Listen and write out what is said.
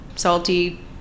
salty